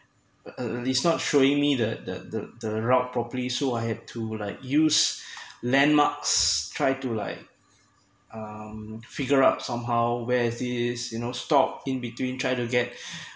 uh it's not showing me the the the the route properly so I had to like use landmarks try to like um figure out somehow where is this you know stop in between try to get